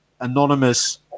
anonymous